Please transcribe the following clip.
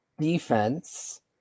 defense